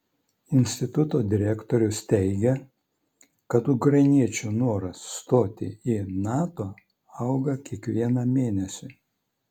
instituto direktorius teigia kad ukrainiečių noras stoti į nato auga kiekvieną mėnesį